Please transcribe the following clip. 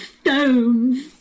stones